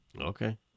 Okay